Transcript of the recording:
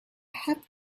have